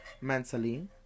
mentally